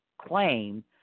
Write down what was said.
claim